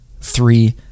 three